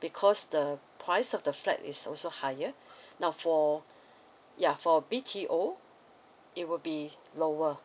because the price of the flat is also higher now for yeah for B_T_O it would be lower